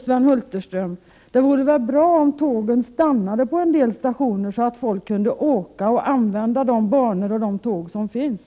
Sven Hulterström, det vore väl bra om tågen stannade på en del stationer, så att folk kunde använda de banor och tåg som finns?